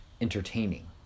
entertaining